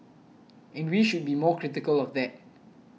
and we should be more critical of that